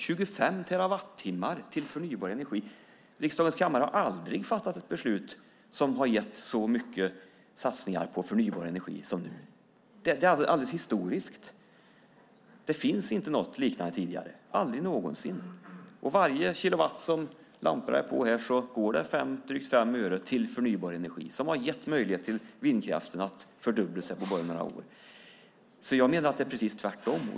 25 terawattimmar till förnybar energi - riksdagens kammare har aldrig fattat ett beslut som har gett så mycket satsningar på förnybar energi som nu! Det är historiskt! Det har inte funnits något liknande tidigare, aldrig någonsin. För varje kilowatt som lamporna är på här går det drygt 5 öre till förnybar energi, som har gett möjlighet för vindkraften att fördubbla sig på bara några år. Därför menar jag att det är precis tvärtom.